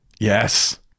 Yes